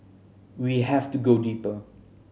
we have to go deeper